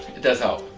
does help.